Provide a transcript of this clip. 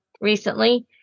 recently